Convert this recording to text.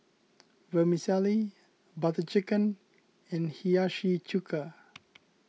Vermicelli Butter Chicken and Hiyashi Chuka